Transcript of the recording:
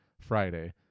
Friday